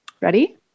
Ready